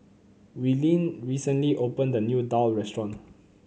Willene recently opened a new daal restaurant